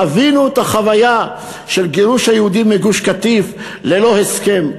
חווינו את החוויה של גירוש היהודים מגוש-קטיף ללא הסכם.